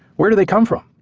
where do they come from?